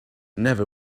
never